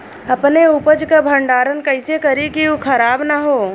अपने उपज क भंडारन कइसे करीं कि उ खराब न हो?